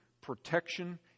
protection